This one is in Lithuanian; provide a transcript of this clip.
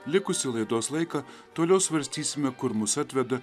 likusį laidos laiką toliau svarstysime kur mus atveda